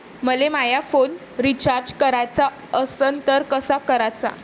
मले माया phone recharge कराचा असन तर कसा कराचा?